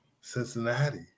Cincinnati